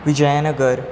Vijayanagar